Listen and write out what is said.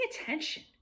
attention